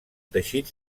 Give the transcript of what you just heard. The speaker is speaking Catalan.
teixit